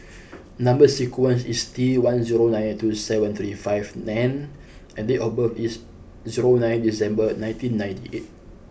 number sequence is T one zero nine two seven three five N and date of birth is zero nine December nineteen ninety eight